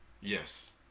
Yes